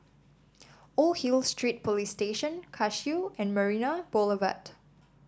Old Hill Street Police Station Cashew and Marina Boulevard